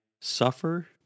suffer